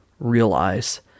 realize